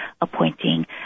appointing